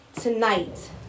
Tonight